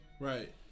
Right